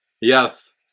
Yes